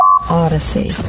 Odyssey